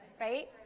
right